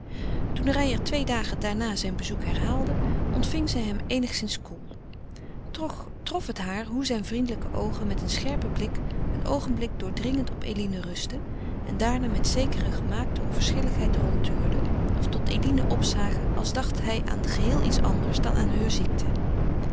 toen reijer twee dagen daarna zijn bezoek herhaalde ontving zij hem eenigszins koel toch trof het haar hoe zijne vriendelijke oogen met een scherpen blik een oogenblik doordringend op eline rustten en daarna met zekere gemaakte onverschilligheid rondtuurden of tot eline opzagen als dacht hij aan geheel iets anders dan aan heure ziekte